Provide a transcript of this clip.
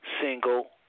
single